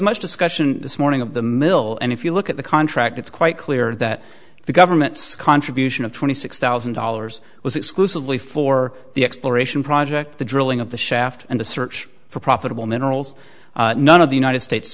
much discussion this morning of the mill and if you look at the contract it's quite clear that the government's contribution of twenty six thousand dollars was exclusively for the exploration project the drilling of the shaft and the search for profitable minerals none of the united states